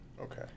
okay